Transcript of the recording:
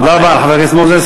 תודה רבה לחבר הכנסת מוזס.